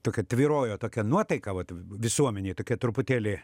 tokia tvyrojo tokia nuotaika vat visuomenėj tokia truputėlį